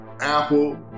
Apple